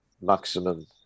maximum